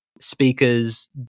speakers